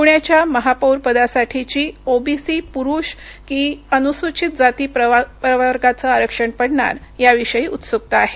पुण्याच्या महापौरपदासाठी ओवीसी पुरुष की अनुसूचित जाती प्रवर्गाचं आरक्षण पडणार याविषयी उत्सुकता आहे